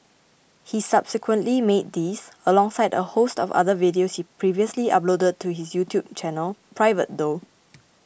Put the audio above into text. he subsequently made these alongside a host of other videos he previously uploaded to his YouTube channel private though